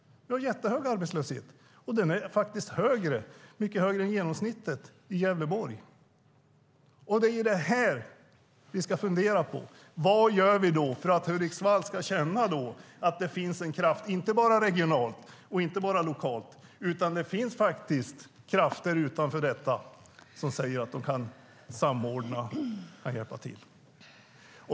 Vi har jättehög arbetslöshet. I Gävleborg är den mycket högre än genomsnittet. Det är detta vi ska fundera på. Vad gör vi för att Hudiksvall ska känna att det finns en kraft inte bara regionalt och inte bara lokalt? Det finns krafter utanför detta som säger att de kan samordna och hjälpa till.